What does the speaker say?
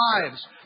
lives